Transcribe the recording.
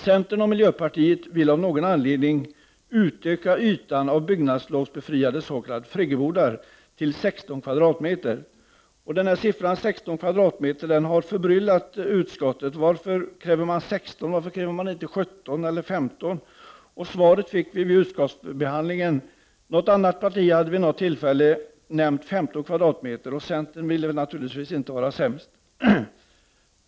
Centern och miljöpartiet vill av någon anledning öka ytan på bygglovsbefriade s.k. friggebodar till 16 m?. Siffran 16 har förbryllat utskottet. Varför just 16, och inte 17 eller 15? Svaret fick vi i utskottsbehandlingen. Något annat parti hade vid något tillfälle nämnt 15 m?, och centern ville naturligtvis inte vara sämst.